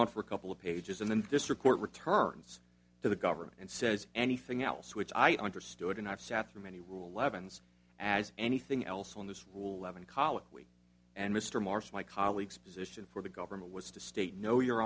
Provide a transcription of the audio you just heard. on for a couple of pages and then district court returns to the government and says anything else which i understood and i've sat through many rule leavens as anything else on this ruhleben colloquy and mr marsh my colleagues position for the government was to state no you